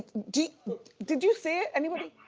did did you see it, anybody?